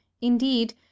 indeed